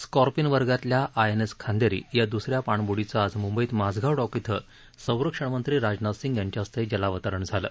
Scorpene वर्गातल्या I N S Khanderi या द्सऱ्या पाणब्डीचं आज म्ंबईत माझगाव डॉक इथं संरक्षणमंत्री राजनाथ सिंग यांच्या हस्ते जलावतरण झालं